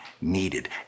needed